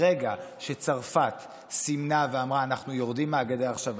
ברגע שצרפת סימנה ואמרה אנחנו יורדים מהגדר עכשיו,